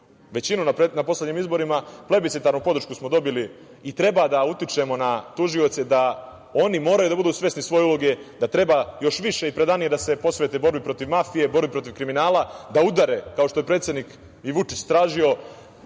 većinu na poslednjim izborima, plebicitarnu podršku smo dobili i treba da utičemo na tužioce da moraju biti svesni svoje uloge, da treba još više i predanije da se posvete borbi protiv mafije, borbi protiv kriminala, da udare, kao što je predsednik Vučić tražio,